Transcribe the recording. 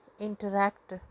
interact